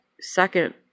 second